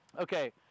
Okay